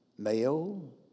Male